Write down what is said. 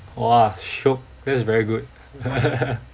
!wah! shiok that is very good